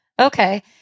okay